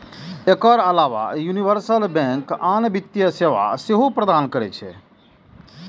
एकर अलाव universal bank आन वित्तीय सेवा सेहो प्रदान करै छै